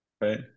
right